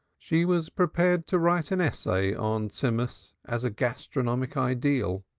she was prepared to write an essay on tzimmus as a gastronomic ideal.